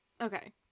Okay